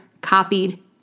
copied